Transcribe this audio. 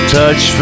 touch